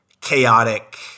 chaotic